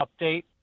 update